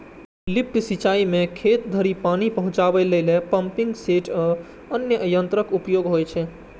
lift सिंचाइ मे खेत धरि पानि पहुंचाबै लेल पंपिंग सेट आ अन्य यंत्रक उपयोग होइ छै